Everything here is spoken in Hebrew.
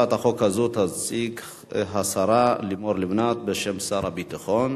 על-פי בקשת השרה, היא תידון בוועדת חוץ וביטחון.